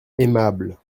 aimable